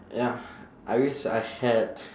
ya I wish I had